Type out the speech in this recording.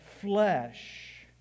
flesh